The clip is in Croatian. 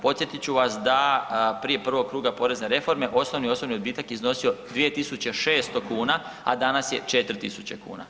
Podsjetit ću vas da prije prvog kruga porezne reforme, osnovni osobni odbitak je iznosio 2600 kuna, a danas je 4000 tisuće kuna.